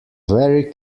very